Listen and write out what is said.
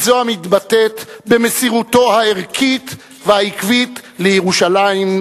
היא זו המתבטאת במסירותו הערכית והעקבית לירושלים,